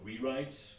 rewrites